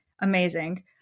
Amazing